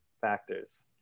factors